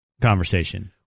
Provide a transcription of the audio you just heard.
conversation